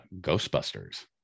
ghostbusters